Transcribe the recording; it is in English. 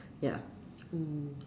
ya mm